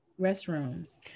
restrooms